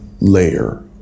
layer